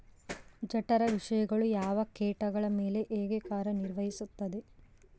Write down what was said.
ಜಠರ ವಿಷಯಗಳು ಯಾವ ಕೇಟಗಳ ಮೇಲೆ ಹೇಗೆ ಕಾರ್ಯ ನಿರ್ವಹಿಸುತ್ತದೆ?